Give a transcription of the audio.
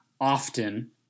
often